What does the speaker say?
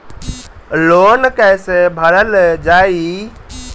Loan कैसे भरल जाइ?